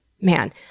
Man